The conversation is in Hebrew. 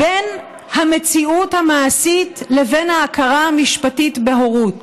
בין המציאות המעשית לבין ההכרה המשפטית בהורות.